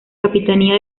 capitanía